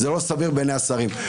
לא סביר בעיני השרים.